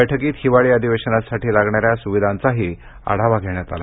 बैठकीत हिवाळी अधिवेशनासाठी लागणाऱ्या सुविधांचाही आढावा घेण्यात आला